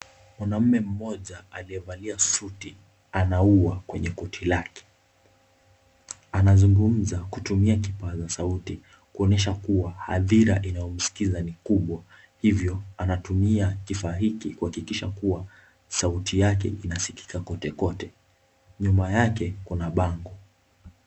Mwanaume mmoja aliyevalia suti ana ua kwenye koti lake. Anazungumza kutumia kipaza sauti kuonyesha kuwa hadhira inayomsikiza ni kubwa hivyo anatumia kifaa hiki kuhakikisha kuwa sauti yake inasikika kote kote, nyuma yake kuna bango.